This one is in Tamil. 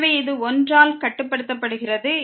எனவே இது 1 ஆல் கட்டுப்படுத்தப்படுகிறது